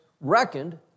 reckoned